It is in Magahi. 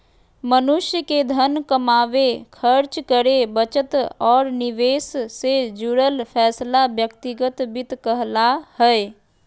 मनुष्य के धन कमावे, खर्च करे, बचत और निवेश से जुड़ल फैसला व्यक्तिगत वित्त कहला हय